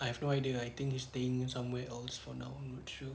I have no idea I think he staying somewhere else for now not sure